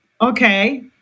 okay